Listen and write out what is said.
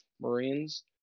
Marines